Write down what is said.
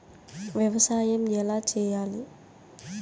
వ్యవసాయం ఎలా చేయాలి?